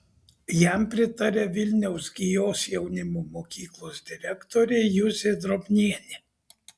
jam pritaria vilniaus gijos jaunimo mokyklos direktorė juzė drobnienė